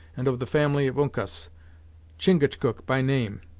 and of the family of uncas chingachgook by name,